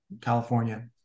California